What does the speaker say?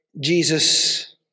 Jesus